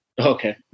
Okay